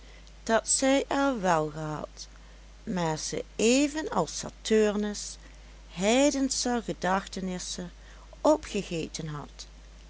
dat zij er wel gehad maar ze even als saturnus heidenscher gedachtenisse opgegeten had